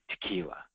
tequila